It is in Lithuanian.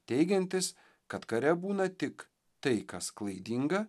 teigiantis kad kare būna tik tai kas klaidinga